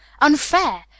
unfair